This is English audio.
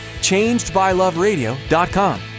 Changedbyloveradio.com